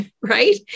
right